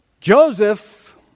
Joseph